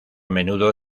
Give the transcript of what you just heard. menudo